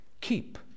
keep